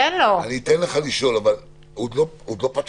אז לפחות